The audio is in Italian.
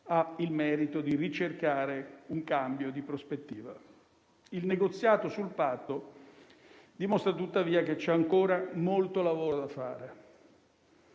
ha il merito di ricercare un cambio di prospettiva. Il negoziato sul Patto dimostra, tuttavia, che c'è ancora molto lavoro da fare.